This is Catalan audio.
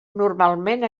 normalment